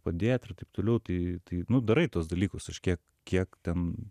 padėt ir taip toliau tai tai nu darai tuos dalykus aš kiek kiek ten